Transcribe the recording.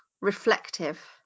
reflective